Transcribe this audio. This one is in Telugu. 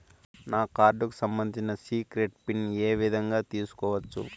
నా కార్డుకు సంబంధించిన సీక్రెట్ పిన్ ఏ విధంగా తీసుకోవచ్చు?